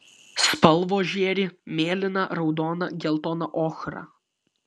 spalvos žėri mėlyna raudona geltona ochra